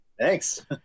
Thanks